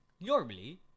Normally